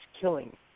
killing